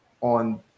on